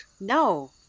No